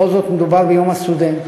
בכל זאת מדובר ביום הסטודנט.